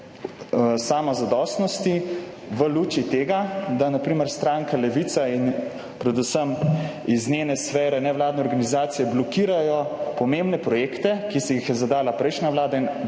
v luči tega, da na primer stranka Levica in predvsem nevladne organizacije iz njene sfere blokirajo pomembne projekte, ki si jih je zadala prejšnja vlada in